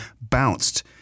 bounced